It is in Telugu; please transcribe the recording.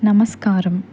నమస్కారం